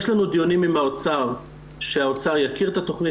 יש לנו דיונים עם האוצר שהוא יכיר בתכנית